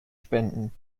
spenden